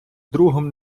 другом